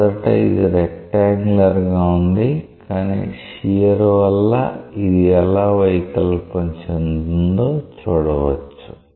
మొదట ఇది రెక్ట్యాంగులర్ గా ఉంది కానీ షియర్ వల్ల అది ఎలా వైకల్పం చెందుతుందో చూడవచ్చు